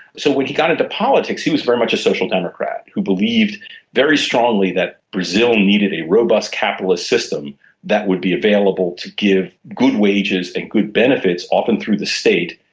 so when he got into politics he was very much a social democrat who believed very strongly that brazil needed a robust capitalist system that would be available to give good wages and good benefits, often through the state,